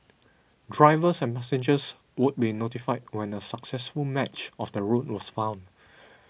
drivers and passengers would be notified when a successful match of the route was found